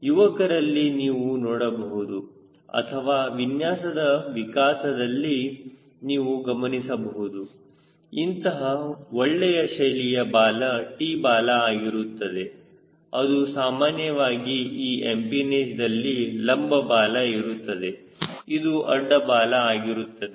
ಯುವಕರಲ್ಲಿ ನೀವು ನೋಡಬಹುದು ಅಥವಾ ವಿನ್ಯಾಸದ ವಿಕಾಸದಲ್ಲಿ ನೀವು ಗಮನಿಸಬಹುದುಇಂತಹ ಒಳ್ಳೆಯ ಶೈಲಿಯ ಬಾಲ T ಬಾಲ ಆಗಿರುತ್ತದೆ ಅದು ಸಾಮಾನ್ಯವಾಗಿ ಈ ಎಂಪಿನೇಜದಲ್ಲಿ ಲಂಬ ಬಾಲ ಇರುತ್ತದೆ ಇದು ಅಡ್ಡ ಬಾಲ ಆಗಿರುತ್ತದೆ